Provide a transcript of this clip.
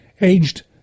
aged